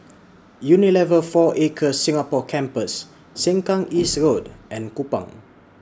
Unilever four Acres Singapore Campus Sengkang East Road and Kupang